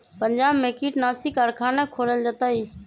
पंजाब में कीटनाशी कारखाना खोलल जतई